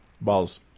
Balls